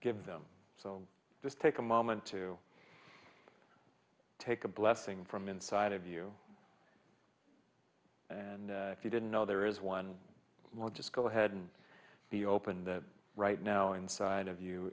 give them so just take a moment to take a blessing from inside of you and if you didn't know there is one more just go ahead and be open that right now inside of you